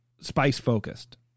spice-focused